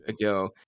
ago